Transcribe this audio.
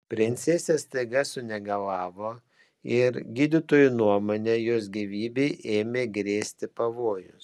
princesė staiga sunegalavo ir gydytojų nuomone jos gyvybei ėmė grėsti pavojus